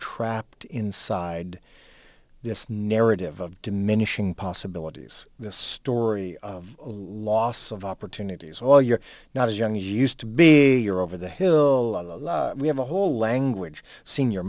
trapped inside this narrative of diminishing possibilities this story of loss of opportunities all you're not as young as you used to be you're over the hill we have a whole language senior